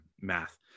math